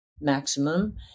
maximum